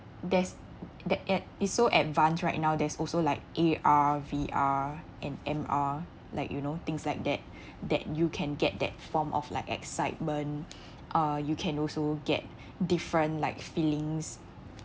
there's the~ its so advance right now there's also like A_R V_R and N_R like you know things like that that you can get that form of like excitement uh you can also get different like feelings